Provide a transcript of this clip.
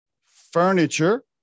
furniture